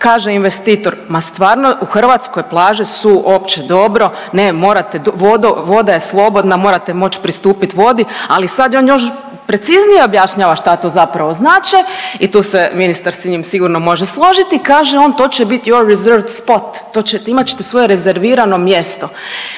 Kaže investitor ma stvarno u Hrvatskoj plažu su opće dobro, ne, morate, vodo, voda je slobodna, morate moć pristupit vodi, ali sad on još preciznije objašnjava šta to zapravo znači i tu se ministar s njim sigurno može složiti i kaže on to će biti…/Govornik se ne razumije/… imat ćete svoje rezervirano mjesto,